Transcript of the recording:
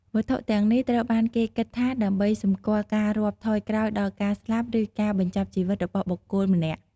វត្ថុទាំងនេះត្រូវបានគេគិតថាដើម្បីសម្គាល់ការរាប់ថយក្រោយដល់ការស្លាប់ឬការបញ្ចប់ជីវិតរបស់បុគ្គលម្នាក់។